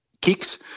kicks